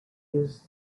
used